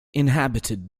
inhabited